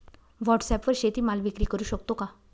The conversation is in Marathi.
व्हॉटसॲपवर शेती माल विक्री करु शकतो का?